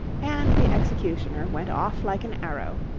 and the executioner went off like an arrow.